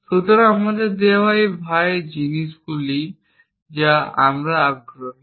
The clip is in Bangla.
সুতরাং আমাদের দেওয়া তাই একটি জিনিস যা আমরা আগ্রহী